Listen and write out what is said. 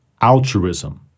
altruism